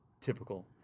typical